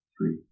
three